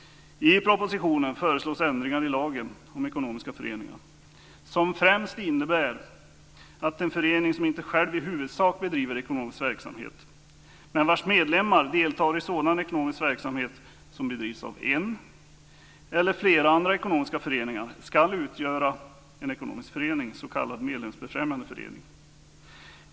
I propositionen föreslås ändringar i lagen om ekonomiska föreningar som främst innebär att en förening som inte själv i huvudsak bedriver ekonomisk verksamhet men vars medlemmar deltar i sådan ekonomisk verksamhet som bedrivs av en eller flera andra ekonomiska föreningar ska utgöra ekonomisk förening, s.k. medlemsbefrämjande förening.